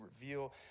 reveal